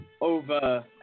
over